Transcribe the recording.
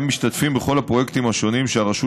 הם משתתפים בכל הפרויקטים השונים שהרשות